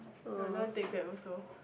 I don't want to take Grab also